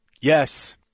yes